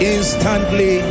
Instantly